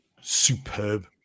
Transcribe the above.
superb